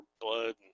blood